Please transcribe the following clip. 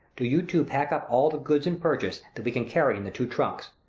do you two pack up all the goods and purchase, that we can carry in the two trunks.